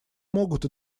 могут